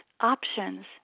options